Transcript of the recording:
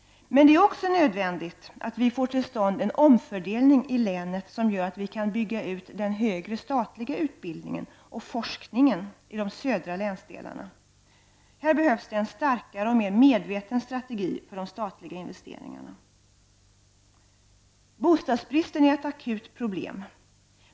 Men det är också nödvändigt att vi får till stånd en omfördelning i länet som gör att vi kan bygga ut den högre statliga utbildningen och forskningen i de södra länsdelarna. Här behövs en starkare och mer medveten strategi för de statliga investeringarna. Bostadsbristen är ett akut problem.